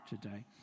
today